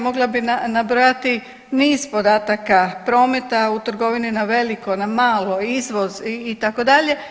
Mogla bih nabrojati niz podataka prometa u trgovini na veliko, na malo, izvoz itd.